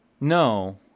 No